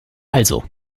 also